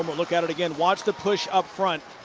but look at it again. watch the push up front.